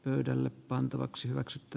yhdelle pantavaksi hyväksytty